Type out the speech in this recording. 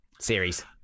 Series